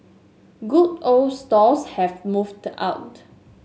good old stalls have moved out